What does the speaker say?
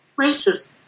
racism